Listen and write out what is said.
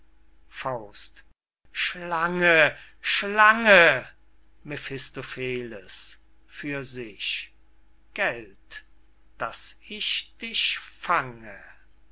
verliebt schlange schlange mephistopheles für sich gelt daß ich dich fange